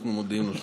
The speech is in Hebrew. אנחנו מודים לו.